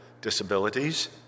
disabilities